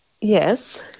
Yes